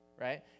right